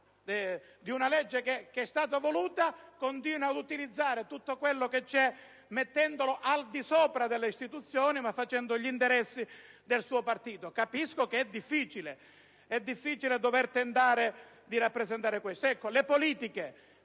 di una legge che è stata voluta, continua ad utilizzare tutto ciò di cui dispone mettendolo al di sopra delle istituzioni e facendo piuttosto gli interessi del suo partito. Capisco che è difficile dover tentare di rappresentare questo